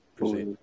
Proceed